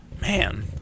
man